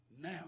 now